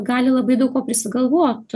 gali labai daug ko prisigalvot